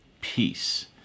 peace